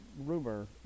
Rumor